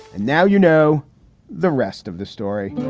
now you know the rest of the story.